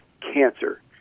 cancer